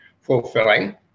fulfilling